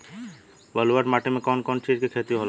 ब्लुअट माटी में कौन कौनचीज के खेती होला?